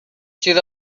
چیز